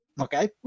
Okay